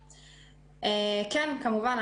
כן, כמובן.